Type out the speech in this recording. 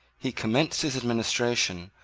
he commenced his administration,